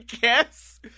guess